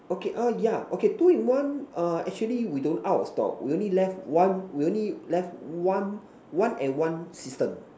okay uh yeah okay two in one err actually we don't out of stock we only left one we only left one one and one system